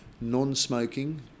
non-smoking